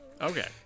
Okay